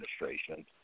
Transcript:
administration